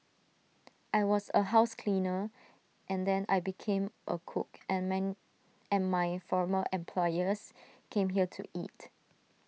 I was A house cleaner and then I became A cook and man and my former employers came here to eat